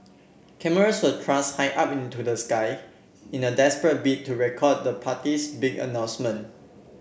cameras were thrust high up into the sky in a desperate bid to record the party's big announcement